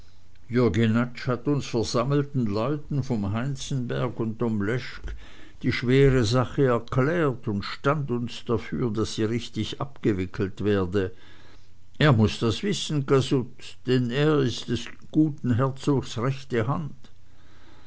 hat uns versammelten leuten vom heinzenberg und domleschg die schwere sache erklärt und stand uns dafür daß sie richtig abgewickelt werde er muß das wissen casutt denn er ist des guten herzogs rechte hand